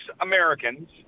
Americans